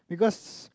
because